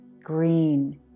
Green